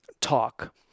talk